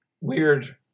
weird